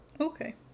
Okay